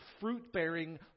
fruit-bearing